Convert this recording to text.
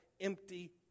empty